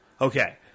Okay